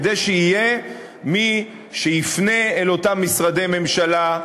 כדי שיהיה מי שיפנה אל אותם משרדי ממשלה,